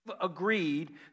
agreed